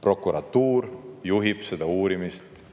prokuratuur juhib seda uurimist,